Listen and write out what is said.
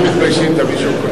לא נתקבלה.